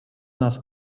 nas